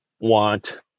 want